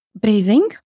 Breathing